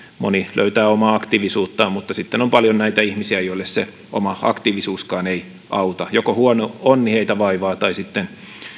moni löytää omaa aktiivisuuttaan mutta sitten on paljon näitä ihmisiä joille se oma aktiivisuuskaan ei auta joko huono onni heitä vaivaa tai sitten